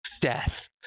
death